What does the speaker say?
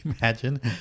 Imagine